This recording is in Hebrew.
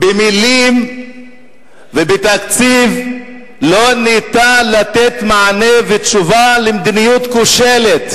במלים ובתקציב לא ניתן לתת מענה ותשובה למדיניות כושלת.